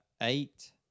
eight